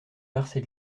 marcel